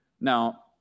Now